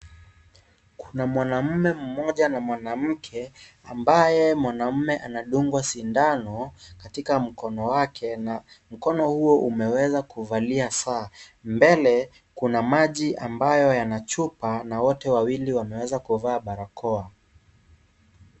Kuna mwanamme mmoja na mwanamke, ambaye mwanamme anadungwa sindano. Katika mkono wake na mkono huo umeweza kuvalia saa. Mbele kuna maji ambayo yana chupa na wote wawili, wameweza kuvaa barakoa.